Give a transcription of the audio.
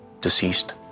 deceased